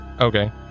Okay